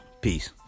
peace